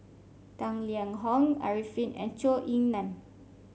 Tang Liang Hong Arifin and Zhou Ying Nan